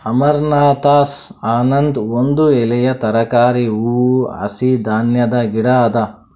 amaranthus ಅನದ್ ಒಂದ್ ಎಲೆಯ ತರಕಾರಿ, ಹೂವು, ಹಸಿ ಧಾನ್ಯದ ಗಿಡ ಅದಾ